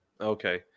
okay